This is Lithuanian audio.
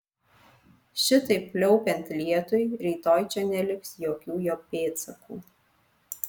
šitaip pliaupiant lietui rytoj čia neliks jokių jo pėdsakų